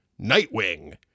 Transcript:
Nightwing